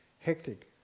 hectic